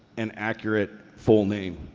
and accurate full name.